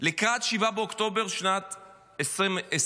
לקראת 7 באוקטובר שנת 2024,